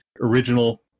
original